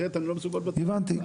הבנתי.